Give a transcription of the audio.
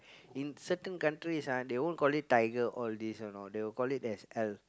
in certain countries ah they won't call it Tiger all this you know they will call it as ale